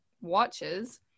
watches